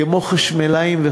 כמו חשמלאים.